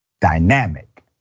dynamic